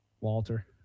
Walter